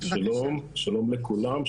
שלום לכולם.